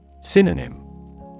Synonym